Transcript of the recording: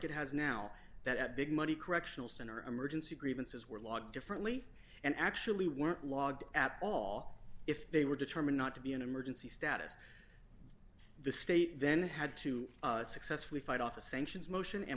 it has now that big money correctional center emergency grievances were logged differently and actually weren't logged at all if they were determined not to be an emergency status the state then had to successfully fight off a sanctions motion and